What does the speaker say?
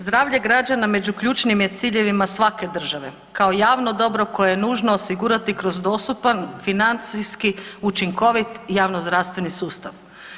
Zdravlje građana među ključnim je ciljevima svake države, kao javno dobro koje je nužno osigurati kroz dostupan financijski učinkovit javnozdravstveni sustav.